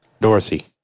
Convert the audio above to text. Dorothy